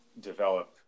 develop